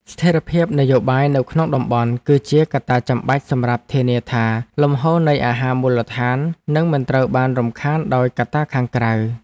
ស្ថិរភាពនយោបាយនៅក្នុងតំបន់ គឺជាកត្តាចាំបាច់សម្រាប់ធានាថាលំហូរនៃអាហារមូលដ្ឋាននឹងមិនត្រូវបានរំខានដោយកត្តាខាងក្រៅ។